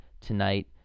tonight